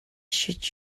should